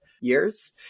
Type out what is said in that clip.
years